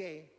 a